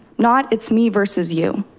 not it's me versus you.